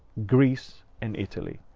greece, and italy.